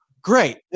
Great